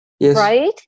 right